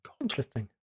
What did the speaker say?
Interesting